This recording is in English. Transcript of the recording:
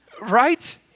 Right